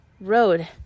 road